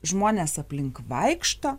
žmonės aplink vaikšto